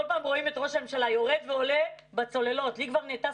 כל פעם רואים את ראש הממשלה יורד ועולה בצוללות לי כבר נהייתה